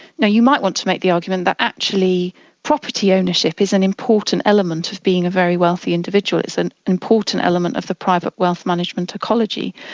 now, you might want to make the argument that actually property ownership is an important element of being a very wealthy individual, it's an important element of the private wealth management ecology,